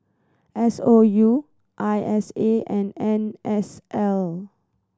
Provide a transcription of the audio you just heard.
S O U I S A and N S L